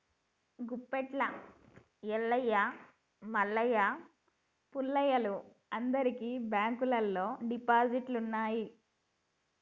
గిప్పట్ల ఎల్లయ్య మల్లయ్య పుల్లయ్యలు అందరికి బాంకుల్లల్ల డిపాజిట్లున్నయ్